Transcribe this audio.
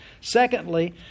Secondly